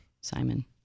Simon